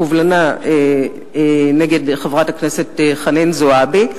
שעה בקובלנה נגד חברת הכנסת חנין זועבי,